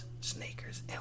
sneakers